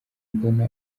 mbona